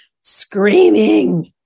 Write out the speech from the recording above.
Screaming